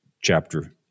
chapter